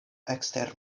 ekster